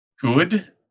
good